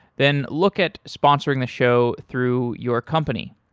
then look at sponsoring the show through your company.